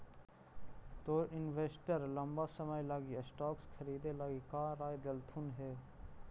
तोर इन्वेस्टर लंबा समय लागी स्टॉक्स खरीदे लागी का राय देलथुन हे?